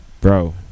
bro